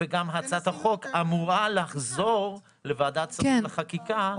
וגם הצעת החוק אמורה לחזור לוועדת שרים לחקיקה.